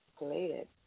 related